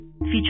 feature